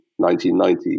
1990